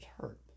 hurt